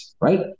right